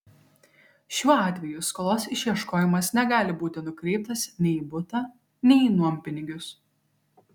šiuo atveju skolos išieškojimas negali būti nukreiptas nei į butą nei į nuompinigius